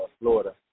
Florida